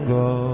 go